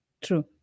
True